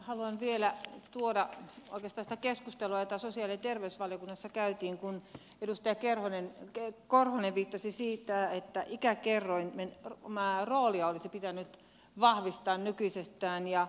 haluan vielä tuoda oikeastaan sitä keskustelua jota sosiaali ja terveysvaliokunnassa käytiin kun edustaja korhonen viittasi siihen että ikäkertoimen roolia olisi pitänyt vahvistaa nykyisestään